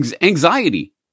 Anxiety